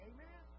Amen